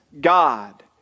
God